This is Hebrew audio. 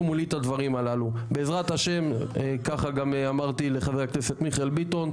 כמו שאמרו קודמיי, החל מתשתיות של כבישים.